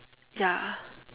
ya